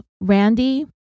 Randy